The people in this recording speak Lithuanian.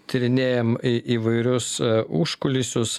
tyrinėjam į įvairius užkulisius